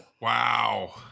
Wow